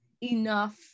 enough